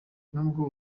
nubwo